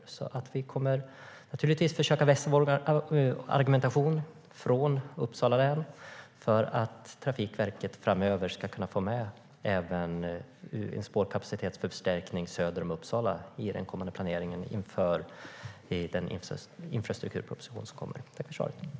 Vi i Uppsala län kommer naturligtvis att försöka vässa våra argument för att Trafikverket framöver ska få med även en förstärkning av spårkapaciteten söder om Uppsala i den kommande planeringen inför den infrastrukturproposition som ska läggas fram.